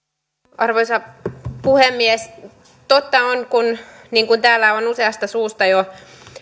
arvoisa puhemies totta on niin kuin täällä on useasta suusta jo